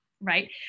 right